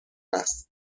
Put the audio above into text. است